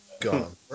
gone